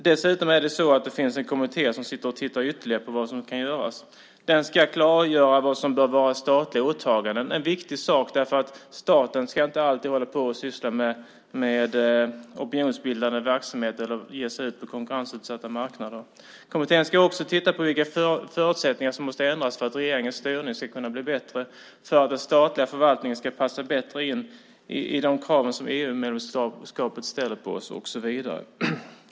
Dessutom finns det en kommitté som sitter och tittar ytterligare på vad som kan göras. Den ska klargöra vad som bör vara statliga åtaganden. Det är en viktig sak, för staten ska inte alltid hålla på och syssla med opinionsbildande verksamhet eller ge sig ut på konkurrensutsatta marknader. Kommittén ska också titta på vilka förutsättningar som måste ändras för att regeringens styrning ska kunna bli bättre så att den statliga förvaltningen ska passa bättre in i de krav som EU-medlemskapet ställer på oss, och så vidare.